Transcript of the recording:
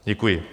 Děkuji.